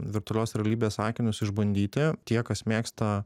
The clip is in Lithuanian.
virtualios realybės akinius išbandyti tie kas mėgsta